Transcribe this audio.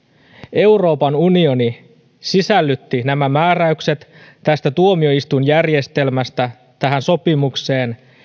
euroopan unioni sisällytti nämä määräykset tästä tuomioistuinjärjestelmästä tähän sopimukseen